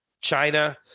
china